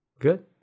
Good